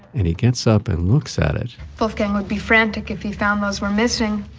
and he gets up and looks at it wolfgang would be frantic if he found those were missing.